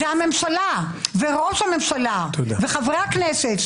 זו הממשלה וראש הממשלה וחברי הכנסת.